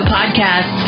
Podcast